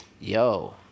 yo